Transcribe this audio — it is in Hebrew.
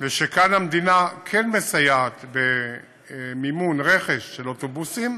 ושכאן המדינה כן מסייעת במימון רכש של אוטובוסים,